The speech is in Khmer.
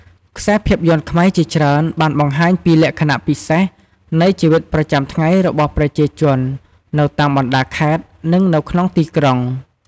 ខ្សែភាពយន្តខ្មែរជាច្រើនបានបង្ហាញពីលក្ខណៈពិសេសនៃជីវិតប្រចាំថ្ងៃរបស់ប្រជាជននៅតាមបណ្ដាខេត្តនឹងនៅក្នុងទីក្រុង ។